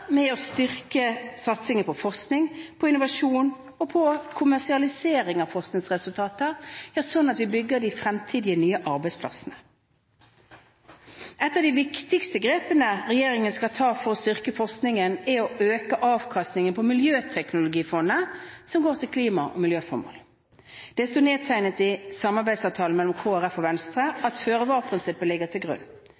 med å styrke satsingen på forskning, på innovasjon og på kommersialisering av forskningsresultater – ja, sånn at vi bygger fremtidige, nye arbeidsplasser. Et av de viktigste grepene regjeringen skal ta for å styrke forskningen, er å øke avkastningen fra miljøteknologifondet som går til klima- og miljøformål. Det står nedtegnet i samarbeidsavtalen med Kristelig Folkeparti og Venstre